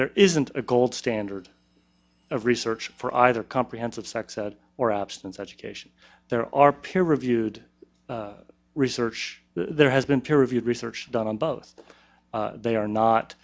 there isn't a gold standard of research for either comprehensive sex ed or abstinence education there are peer reviewed research there has been peer reviewed research done on both they are not